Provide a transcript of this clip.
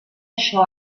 això